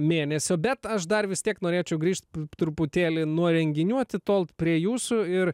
mėnesio bet aš dar vis tiek norėčiau grįžt truputėlį nuo renginių atitolt prie jūsų ir